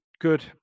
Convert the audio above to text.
Good